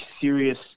serious